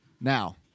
Now